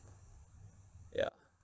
ya